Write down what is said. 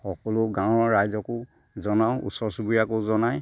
সকলো গাঁৱৰ ৰাইজকো জনাওঁ ওচৰ চুবুৰীয়াকো জনাই